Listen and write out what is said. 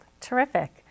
Terrific